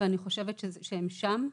ואני חושבת שהם שם.